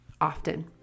often